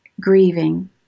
grieving